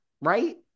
right